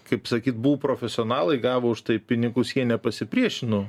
kaip sakyt buvo profesionalai gavo už tai pinigus jie nepasipriešino